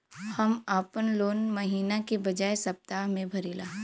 हम आपन लोन महिना के बजाय सप्ताह में भरीला